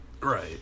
Right